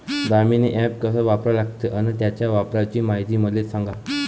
Damini app कस वापरा लागते? अन त्याच्या वापराची मायती मले सांगा